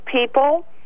people